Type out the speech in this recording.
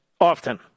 often